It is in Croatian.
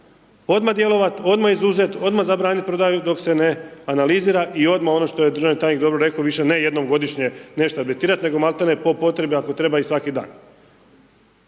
Odmah djelovat, odmah izuzet, odmah zabranit prodaju dok se ne analizira i odmah ono što je državni tajnik dobro rekao, više ne jednom godišnje nešto .../Govornik se ne razumije./... nego malti ne po potrebi ako treba i svaki dan.